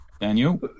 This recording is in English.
Daniel